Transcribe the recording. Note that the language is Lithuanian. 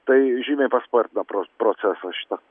tai žymiai paspartina pro procesą šitą